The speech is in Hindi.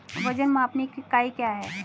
वजन मापने की इकाई क्या है?